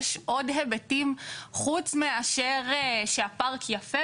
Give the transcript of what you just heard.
יש עוד היבטים חוץ מאשר שהפארק יפה